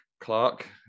Clark